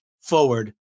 forward